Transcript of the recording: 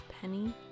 Penny